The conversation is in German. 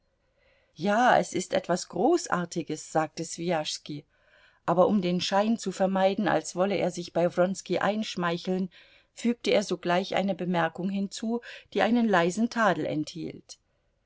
ja es ist etwas großartiges sagte swijaschski aber um den schein zu vermeiden als wolle er sich bei wronski einschmeicheln fügte er sogleich eine bemerkung hinzu die einen leisen tadel enthielt